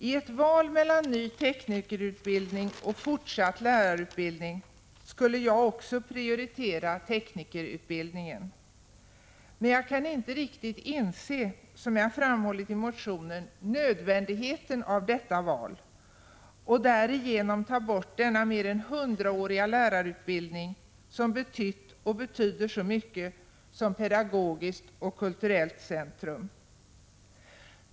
I ett val mellan ny teknikerutbildning och fortsatt lärarutbildning skulle jag också prioritera teknikerutbildningen. Men jag kan inte riktigt inse — som jag framhållit i motionen — nödvändigheten av detta val. Man tar därigenom bort denna mer än hundraåriga lärarutbildning, som betytt och betyder så mycket som pedagogiskt och kulturellt centrum.